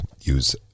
use